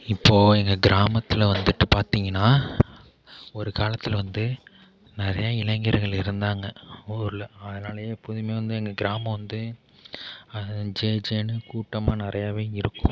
இப்போது எங்க கிராமத்தில் வந்துட்டு பார்த்தீங்கன்னா ஒரு காலத்தில் வந்து நிறையா இளைஞர்கள் இருந்தாங்க ஊரில் அதனால் எப்போதும் வந்து எங்கள் கிராமம் வந்து ஜேஜேன்னு கூட்டமாக நிறையாவே இருக்கும்